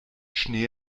schnee